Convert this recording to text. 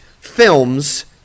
films